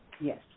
Yes